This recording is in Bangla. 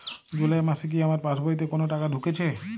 জুলাই মাসে কি আমার পাসবইতে কোনো টাকা ঢুকেছে?